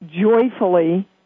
joyfully